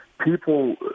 people